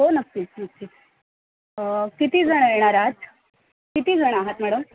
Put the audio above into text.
हो नक्कीच नक्की कितीजण येणार आात कितीजण आहात मॅडम